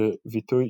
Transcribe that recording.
כביטוי